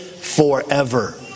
forever